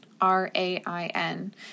R-A-I-N